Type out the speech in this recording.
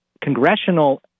congressional